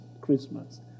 Christmas